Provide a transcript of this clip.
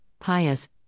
pious